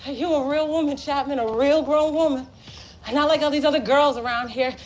hey, you're a real woman, chapman, a real grown woman and not like all these other girls around here.